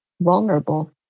vulnerable